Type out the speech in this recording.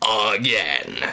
again